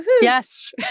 Yes